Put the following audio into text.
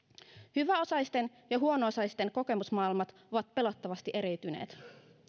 hyväosaisten ja huono osaisten kokemusmaailmat ovat pelottavasti eriytyneet